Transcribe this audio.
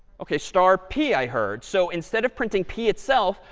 ok. star p, i heard. so instead of printing p itself,